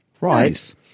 Right